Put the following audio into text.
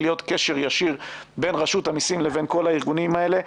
להיות קשר ישיר בין רשות המיסים לבין כל הארגונים האלה.